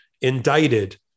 indicted